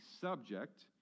subject